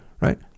right